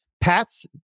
Pats